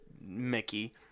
mickey